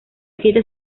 siete